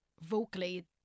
vocally